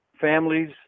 families